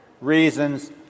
reasons